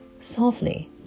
softly